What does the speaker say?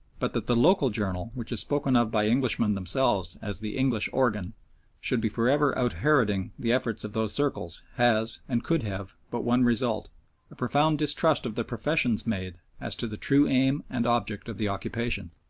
but that the local journal which is spoken of by englishmen themselves as the english organ should be for ever out-heroding the efforts of those circles has, and could have, but one result a profound distrust of the professions made as to the true aim and object of the occupation.